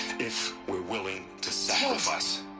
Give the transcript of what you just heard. if we're willing to sacrifice.